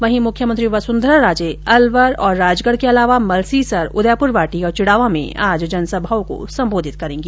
वहीं मुख्यमंत्री वसुंधरा राजे अलवर और राजगढ़ के अलावा मलसीसर उदयप्रवाटी और चिड़ावा में जनसभा को सम्बोधित करेगी